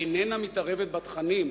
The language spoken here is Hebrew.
איננה מתערבת בתכנים,